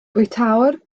bwytäwr